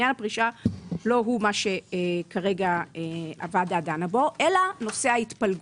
עניין הפרישה לא הוא מה שכרגע הוועדה דנה בו אלא נושא ההתפלגות.